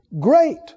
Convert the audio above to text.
great